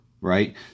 right